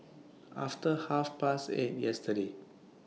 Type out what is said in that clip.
after Half Past eight yesterday